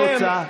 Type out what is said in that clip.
החוצה.